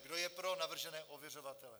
Kdo je pro navržené ověřovatele?